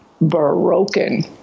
broken